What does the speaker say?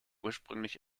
ursprünglich